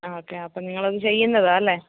ആ ഓക്കേ അപ്പം നിങ്ങളത് ചെയ്യുന്നതാണ് അല്ലേ